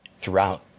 throughout